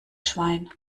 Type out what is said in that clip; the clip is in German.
schwein